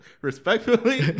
Respectfully